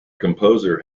composer